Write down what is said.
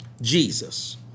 Jesus